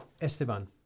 Esteban